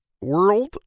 world